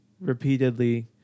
repeatedly